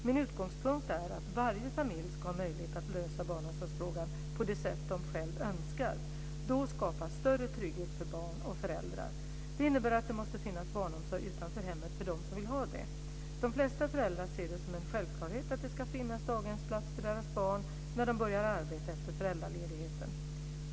Min utgångspunkt är att varje familj ska ha möjlighet att lösa barnomsorgsfrågan på det sätt den själv önskar. Då skapas större trygghet för barn och föräldrar. Det innebär att det måste finnas barnomsorg utanför hemmet för dem som vill ha det. De flesta föräldrar ser det som en självklarhet att det ska finnas daghemsplats till deras barn när de börjar arbeta efter föräldraledigheten.